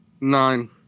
Nine